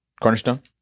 Cornerstone